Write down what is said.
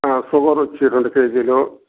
sugar వచ్చి రెండు కేజీలు